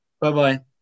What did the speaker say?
Bye-bye